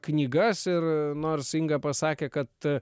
knygas ir nors inga pasakė kad